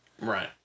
Right